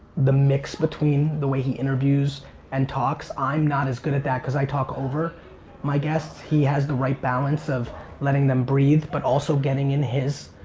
the mix between the way he interviews and talks, i'm not as good at that because i talk over my guests. he has the right balance of letting them breath but also getting in his.